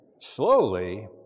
slowly